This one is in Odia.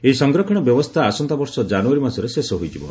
ଏହି ସଂରକ୍ଷଣ ବ୍ୟବସ୍ଥା ଆସନ୍ତାବର୍ଷ ଜାନୁଆରୀ ମାସରେ ଶେଷ ହୋଇଯିବ